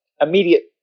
immediate